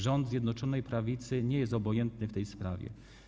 Rząd Zjednoczonej Prawicy nie jest obojętny w tej sprawie.